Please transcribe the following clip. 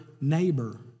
neighbor